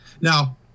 Now